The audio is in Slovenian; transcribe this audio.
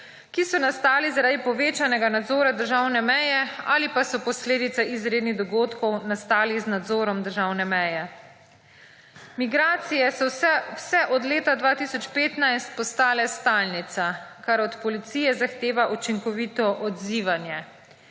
ki so nastali zaradi povečanega nadzora državne meje ali pa so posledica izrednih dogodkov, nastali z nadzorom državne meje. Migracije so vse od leta 2015 postale stalnica, kar od policije zahteva učinkovito odzivanje.